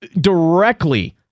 directly